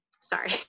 sorry